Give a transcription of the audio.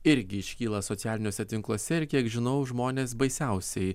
irgi iškyla socialiniuose tinkluose ir kiek žinau žmonės baisiausiai